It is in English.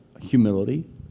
humility